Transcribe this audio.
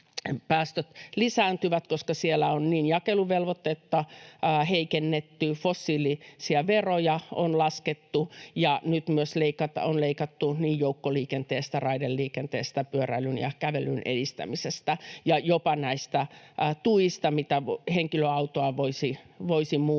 päästöt lisääntyvät, koska siellä on jakeluvelvoitetta heikennetty, fossiilisia veroja on laskettu ja nyt myös on leikattu niin joukkoliikenteestä, raideliikenteestä, pyöräilyn ja kävelyn edistämisestä kuin jopa tuista, joilla henkilöautoja voisi muuttaa